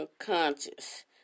unconscious